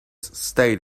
stayed